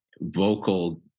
vocal